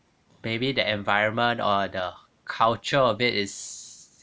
maybe the environment or the culture of it is